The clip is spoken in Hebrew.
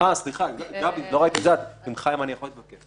כי אני יודע שאם לא יעבור,